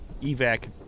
evac